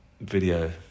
video